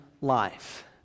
life